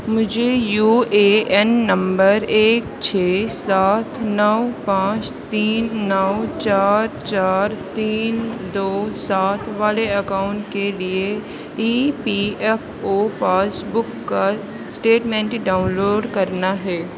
مجھے U A N نمبر ایک چھ سات نو پانچ تین نو چار چار تین دو سات والے اکاؤنٹ کے لیے E P F O passbook کا اسٹیٹمنٹ ڈاؤن لوڈ کرنا ہے